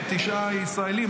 תשעה ישראלים.